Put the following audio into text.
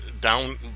down